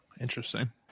Interesting